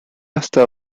hasta